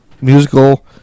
musical